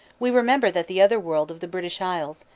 we remember that the otherworld of the british isles,